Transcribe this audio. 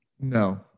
No